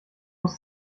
muss